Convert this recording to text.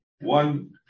one